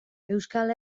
euskal